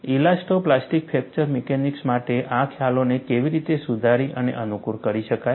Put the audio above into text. elasto plastic fracture mechanics માટે આ ખ્યાલોને કેવી રીતે સુધારી અને અનુકૂળ કરી શકાય